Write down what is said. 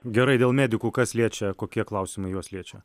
gerai dėl medikų kas liečia kokie klausimai juos liečia